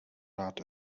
rád